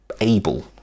able